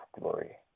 glory